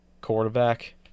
quarterback